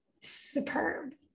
superb